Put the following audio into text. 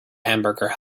hamburger